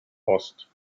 ost